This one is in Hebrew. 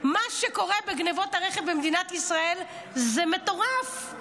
מה שקורה בגנבות הרכב במדינת ישראל זה מטורף.